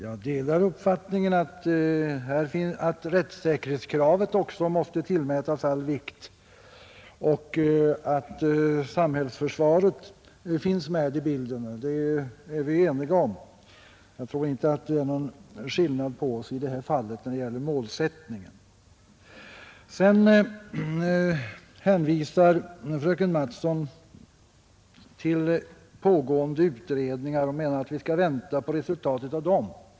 Jag delar uppfattningen att rättssäkerhetskravet också måste tillmätas all vikt och att samhällsförsvaret finns med i bilden. Det är vi eniga om; jag tror inte att det är någon skillnad mellan oss när det gäller målsättningen. Sedan hänvisar fröken Mattson till pågående utredningar och menar att vi skall vänta på resultatet av dem.